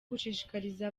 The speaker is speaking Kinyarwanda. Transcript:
gushishikariza